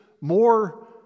more